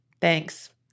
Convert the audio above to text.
Thanks